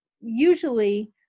usually